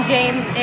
James